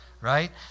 Right